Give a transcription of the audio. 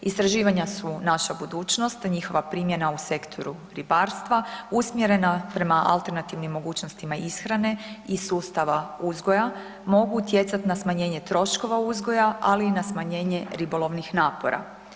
Istraživanja su naša budućnost te njihova primjena u sektoru ribarstva usmjerena prema alternativnim mogućnostima ishrane i sustava uzgoja mogu utjecat na smanjenje troškova uzgoja ali i na smanjenje ribolovnih napora.